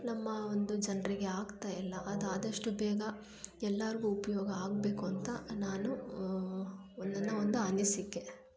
ನಮ್ಮ ಒಂದು ಜನರಿಗೆ ಆಗ್ತಾ ಇಲ್ಲ ಅದು ಆದಷ್ಟು ಬೇಗ ಎಲ್ಲರ್ಗು ಉಪಯೋಗ ಆಗಬೇಕು ಅಂತ ನಾನು ನನ್ನ ಒಂದು ಅನಿಸಿಕೆ